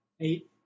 Eight